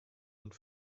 und